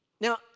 Now